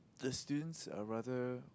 the students are rather